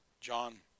John